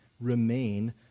remain